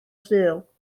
sul